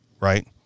Right